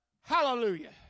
Hallelujah